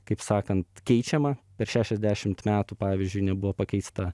kaip sakant keičiama per šešiasdešimt metų pavyzdžiui nebuvo pakeista